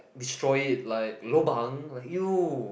destroy it like lobang like !eww!